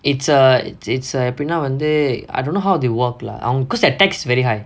it's a it's it's a எப்புடினா வந்து:eppudinaa vanthu I don't know how they work lah on because their tax is very high